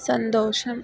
സന്തോഷം